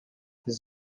his